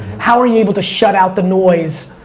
how were you able to shut out the noise?